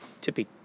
tippy